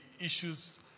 issues